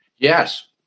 Yes